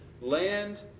land